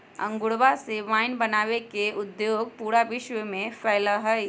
अंगूरवा से वाइन बनावे के उद्योग पूरा विश्व में फैल्ल हई